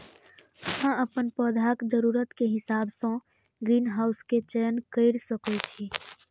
अहां अपन पौधाक जरूरत के हिसाब सं ग्रीनहाउस के चयन कैर सकै छी